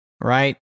right